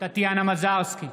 טטיאנה מזרסקי,